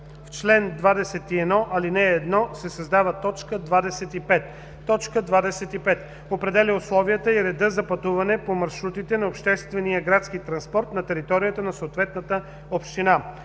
в чл. 21, ал. 1 се създава т. 25: „25. определя условията и реда за пътуване по маршрутите на обществения градски транспорт на територията на съответната община.“